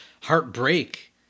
heartbreak